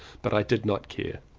but i did not care.